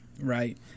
Right